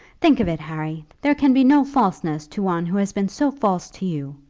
think of it, harry there can be no falseness to one who has been so false to you.